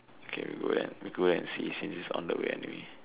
okay we go there and we go there and see since it's on the way anyway